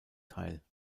teil